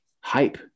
hype